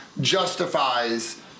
justifies